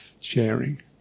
sharing